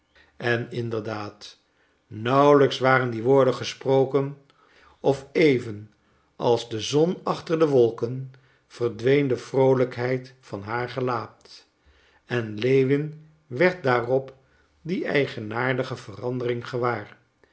en inderdaad nauwelijks waren die woorden gesproken of even als de zon achter de wolken verdween de vroolijkheid van haar gelaat en lewin werd daarop die eigenaardige verandering gewaar